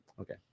Okay